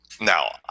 Now